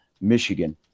Michigan